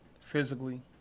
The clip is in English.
physically